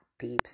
peeps